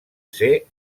ser